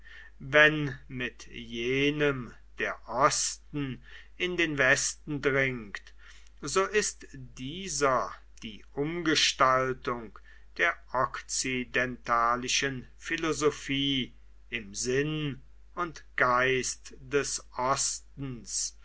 wenn mit jenem der osten in den westen dringt so ist dieser die umgestaltung der okzidentalischen philosophie im sinn und geist des ostens